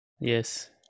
Yes